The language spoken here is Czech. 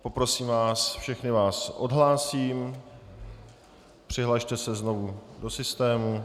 Poprosím vás, všechny vás odhlásím, přihlaste se znovu do systému.